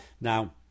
now